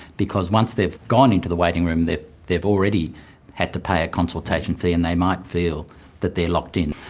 because once they've gone into the waiting room, they've they've already had to pay a consultation fee and they might feel that they are locked in.